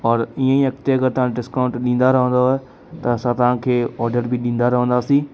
और ईअं ई अॻिते अगरि तव्हां डिस्काउंट ॾींदा रहंदव त असां तव्हां खे ऑडर बि ॾींदा रहंदासीं